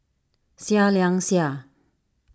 Seah Liang Seah